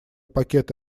пакет